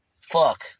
Fuck